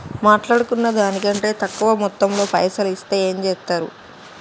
మాట్లాడుకున్న దాని కంటే తక్కువ మొత్తంలో పైసలు ఇస్తే ఏం చేత్తరు?